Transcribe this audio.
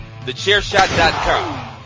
Thechairshot.com